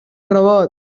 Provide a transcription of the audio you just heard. robot